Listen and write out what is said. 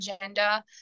agenda